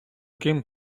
ким